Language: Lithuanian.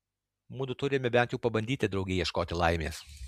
mudu turime bent jau pabandyti drauge ieškoti laimės